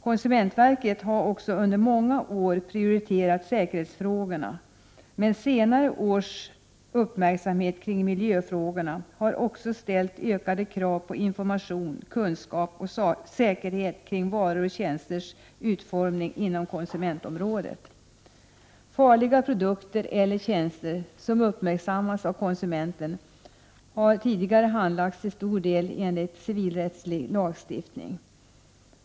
Konsumentverket har under många år prioriterat säkerhetsfrågorna, men senare års uppmärksamhet kring miljöfrågorna har också ställt ökade krav på information, kunskap och säkerhet kring varors och tjänsters utformning. Frågor om farliga produkter eller tjänster som uppmärksammats av konsumenten har tidigare till stor del handlagts enligt civilrättslig lagstiftning.